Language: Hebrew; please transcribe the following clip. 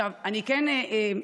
אני כן אשמח,